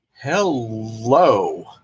hello